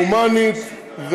הומנית,